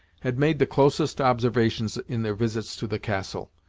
had made the closest observations in their visits to the castle.